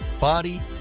body